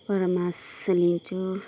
परामर्श लिन्छु